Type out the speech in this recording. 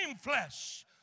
flesh